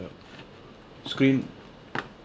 screen